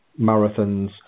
marathons